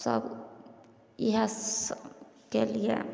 सभ इएह सभके लिए